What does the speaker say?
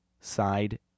side